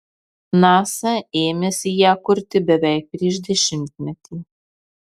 nasa ėmėsi ją kurti beveik prieš dešimtmetį